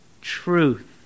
truth